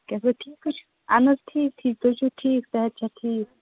کیٛاہ سا ٹھیٖکٕے چھو اہن حظ ٹھیٖک ٹھیٖک تُہۍ چھِو ٹھیٖک صحت چھا ٹھیٖک